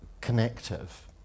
connective